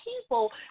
people